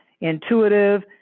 intuitive